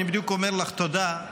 אני בדיוק אומר לך תודה,